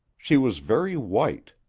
she was very white.